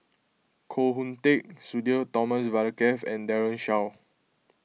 Koh Hoon Teck Sudhir Thomas Vadaketh and Daren Shiau